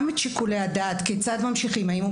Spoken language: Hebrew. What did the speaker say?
גם את שיקולי הדעת כיצד ממשיכים האם הוא